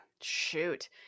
Shoot